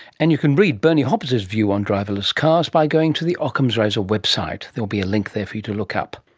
and, you can read bernie hobbs's view on driverless cars by going to the ockham's razor website, there'll be a link for you to look up.